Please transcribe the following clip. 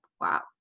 Wow